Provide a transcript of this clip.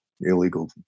illegal